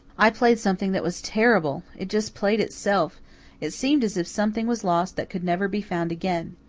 i played something that was terrible it just played itself it seemed as if something was lost that could never be found again.